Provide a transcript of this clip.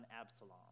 Absalom